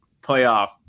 playoff